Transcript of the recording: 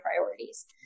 priorities